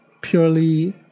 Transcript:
purely